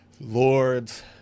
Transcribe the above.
lords